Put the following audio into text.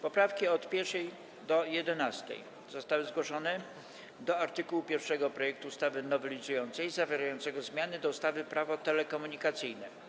Poprawki od 1. do 11. zostały zgłoszone do art. 1 projektu ustawy nowelizującej zawierającego zmiany do ustawy Prawo telekomunikacyjne.